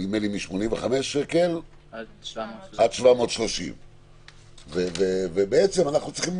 נדמה לי מ-85 שקלים עד 730. אנחנו צריכים